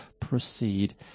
proceed